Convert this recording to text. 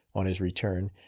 on his return,